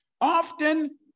Often